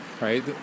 right